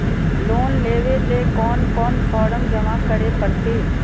Loan लेवे ले कोन कोन फॉर्म जमा करे परते?